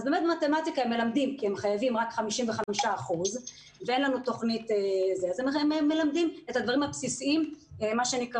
מתמטיקה הם מלמדים כי הם חייבים רק 55%. הם מלמדים את הדברים הבסיסיים במתמטיקה.